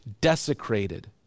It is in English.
desecrated